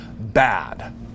bad